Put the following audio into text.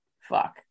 fuck